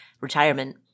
retirement